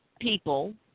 people